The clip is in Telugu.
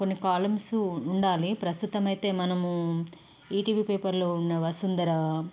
కొన్నీ కాలమ్సు ఉండాలి ప్రస్తుతం అయితే మనము ఈ టీ వీ పేపర్లో ఉన్న వసుంధర